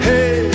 Hey